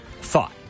thought